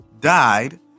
died